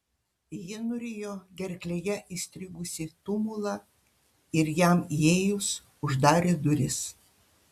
ji nurijo gerklėje įstrigusį tumulą ir jam įėjus uždarė duris